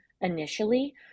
initially